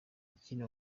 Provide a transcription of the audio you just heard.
ikindi